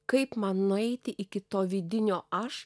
kaip man nueiti iki to vidinio aš